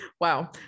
wow